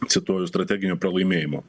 cituoju strateginio pralaimėjimo